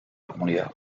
comunidad